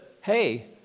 Hey